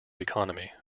economy